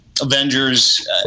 Avengers